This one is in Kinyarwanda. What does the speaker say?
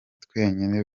twenyine